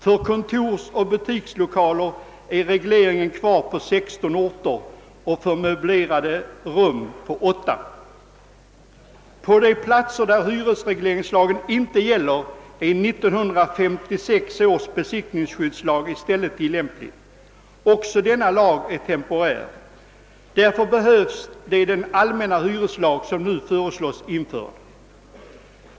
För kontorsoch butikslokaler är regleringen kvar på 16 orter och för möblerade rum på 8 orter. På de platser där hyresregleringslagen inte gäller är i stället 1956 års besittningsskyddslag tillämplig. Också denna lag är temporär. Därför behöver den allmänna hyreslag, som nu föreslås, bli införd.